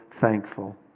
thankful